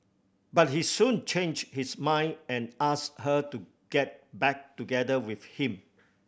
but he soon change his mind and ask her to get back together with him